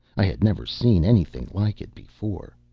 i had never seen anything like it before.